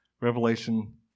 Revelation